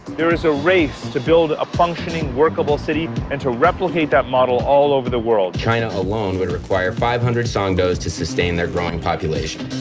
there is a race to build a functioning workable city and to replicate that model all over the world. china alone would require five hundred songdos to sustain their growing population.